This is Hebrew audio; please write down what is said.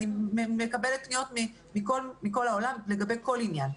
אני מקבלת פניות מכל העולם לגבי כל עניין.